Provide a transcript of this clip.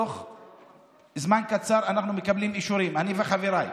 לפעמים בתוך זמן קצר אישורים, אני וחבריי.